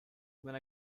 when